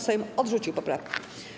Sejm odrzucił poprawkę.